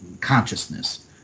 consciousness